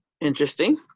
Interesting